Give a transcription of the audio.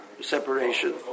separation